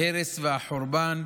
ההרס והחורבן,